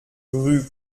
rue